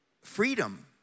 freedom